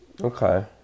Okay